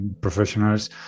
professionals